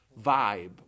vibe